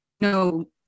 no